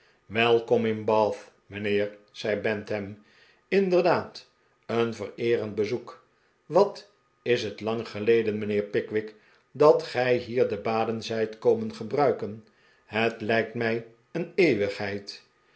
welkom in bath mijnheer zei bantam inderdaad een vereerend bezoek wat ishet lang geleden mijnheer pickwick dat gij hier de baden zijt komen gebruiken het lijkt mij een eeuwigheid